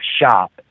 shop